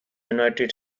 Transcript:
united